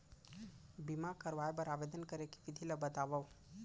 बीमा करवाय बर आवेदन करे के विधि ल बतावव?